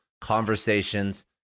conversations